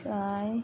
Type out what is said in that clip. लाइ